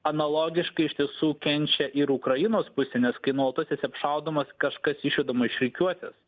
analogiškai iš tiesų kenčia ir ukrainos pusė nes kai nuolatos esi apšaudomas kažkas išvedama iš rikiuotės